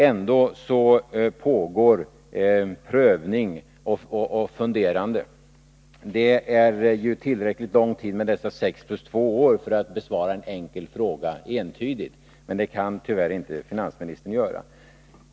Ändå pågår prövning och funderande. Det är ju tillräckligt lång tid med dessa sex plus två år för att besvara en enkelt fråga entydigt. Men det kan tyvärr inte finansministern göra.